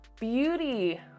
beauty